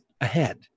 ahead